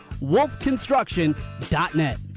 wolfconstruction.net